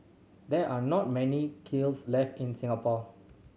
there are not many kilns left in Singapore